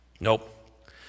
Nope